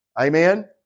Amen